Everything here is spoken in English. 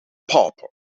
pauper